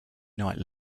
night